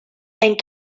and